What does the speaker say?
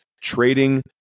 trading